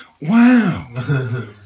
Wow